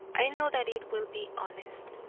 i know that it will be honest.